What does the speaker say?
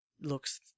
looks